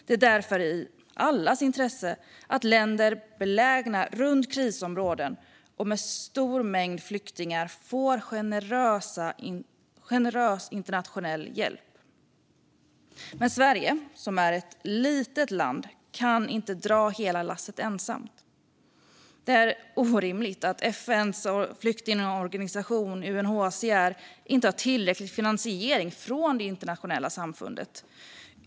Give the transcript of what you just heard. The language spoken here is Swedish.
Det är därför i allas intresse att länder belägna runt krisområden och med en stor mängd flyktingar får generös internationell hjälp. Men Sverige, som är ett litet land, kan inte dra hela lasset ensamt. Det är orimligt att FN:s flyktingorganisation UNHCR inte har tillräcklig finansiering från det internationella samfundet.